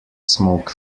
smoke